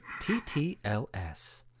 TTLS